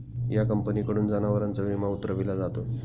या कंपनीकडून जनावरांचा विमा उतरविला जातो